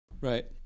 Right